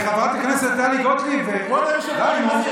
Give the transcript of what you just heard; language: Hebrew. חברת הכנסת טלי גוטליב, די, נו, אני אוציא אותך.